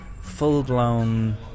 full-blown